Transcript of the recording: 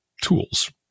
tools